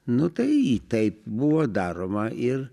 nu tai taip buvo daroma ir